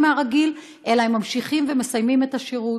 מהרגיל אלא הם ממשיכים ומסיימים את השירות.